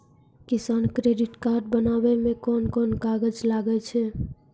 किसान credit card बनाबै मे कोन कोन कागज लागै छै?